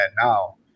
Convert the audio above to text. now